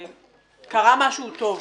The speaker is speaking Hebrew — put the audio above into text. קרה משהו טוב.